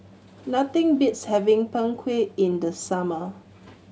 nothing beats having Png Kueh in the summer